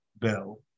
bill